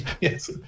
Yes